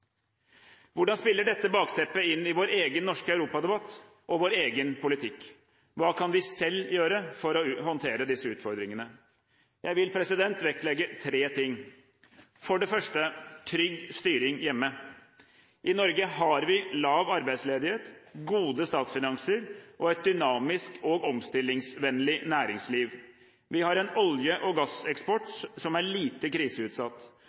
Hvordan spiller dette bakteppet inn i vår egen norske europadebatt og vår egen politikk? Hva kan vi selv gjøre for å håndtere disse utfordringene? Jeg vil vektlegge tre ting. For det første: trygg styring hjemme. I Norge har vi lav arbeidsledighet, gode statsfinanser og et dynamisk og omstillingsvennlig næringsliv. Vi har en olje- og gasseksport som er lite kriseutsatt,